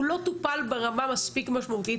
הוא לא טופל ברמה מספיק משמעותית,